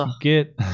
get